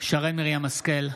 שרן מרים השכל,